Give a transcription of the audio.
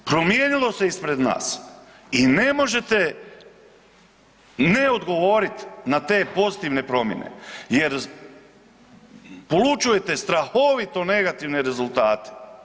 Promijenilo se ispred nas i ne možete ne odgovoriti na te pozitivne promjene jer polučujete strahovite negativne rezultate.